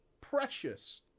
precious